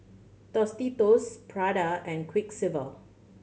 Tostitos Prada and Quiksilver